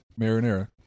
marinara